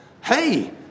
Hey